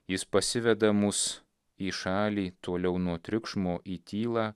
jis pasiveda mus į šalį toliau nuo triukšmo į tylą